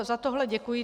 Za tohle děkuji.